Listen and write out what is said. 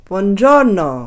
Buongiorno